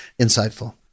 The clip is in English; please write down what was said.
insightful